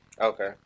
Okay